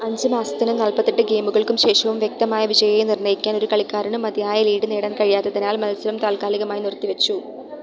അഞ്ച് മാസത്തിനും നാൽപ്പത്തെട്ട് ഗെയിമുകൾക്കും ശേഷവും വ്യക്തമായ വിജയിയെ നിർണ്ണയിക്കാൻ ഒരു കളിക്കാരനും മതിയായ ലീഡ് നേടാൻ കഴിയാത്തതിനാൽ മത്സരം താൽക്കാലികമായി നിർത്തിവച്ചു